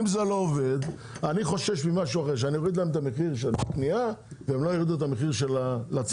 אני חושש שנוריד את מחיר הקנייה והם לא יורידו את המחיר לצרכן.